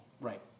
right